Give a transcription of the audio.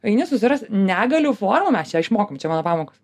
eini susirast negalių formą mes čia išmokom čia mano pamokos